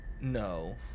No